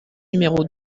numéro